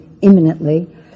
imminently